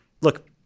look